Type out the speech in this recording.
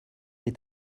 est